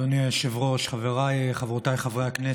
יעלה ויבוא חבר הכנסת